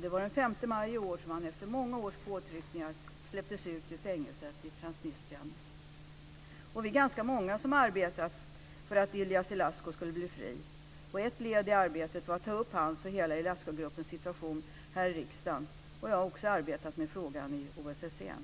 Det var den 5 maj i år som han efter många års påtryckningar släpptes ut ur fängelset i Transnistrien. Vi är ganska många som har arbetat för att Ilie Ilascu skulle bli fri. Ett led i arbetet var att ta upp hans och hela Ilascu-gruppens situation här i riksdagen. Jag har också arbetat med frågan i OSSE.